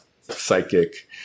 psychic